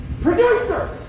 Producers